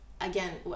again